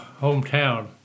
hometown